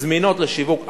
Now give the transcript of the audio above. זמינות לשיווק עכשיו,